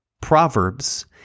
Proverbs